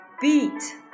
beat